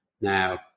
Now